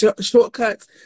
shortcuts